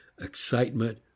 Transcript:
excitement